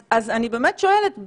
אז אני באמת שואלת,